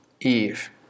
Eve